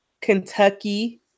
kentucky